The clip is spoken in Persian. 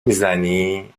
میزنی